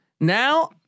Now